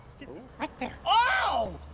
right there. oh!